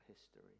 history